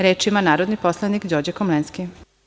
Reč ima narodni poslanik Đorđe Komlenski.